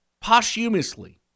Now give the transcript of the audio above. posthumously